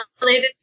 related